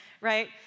right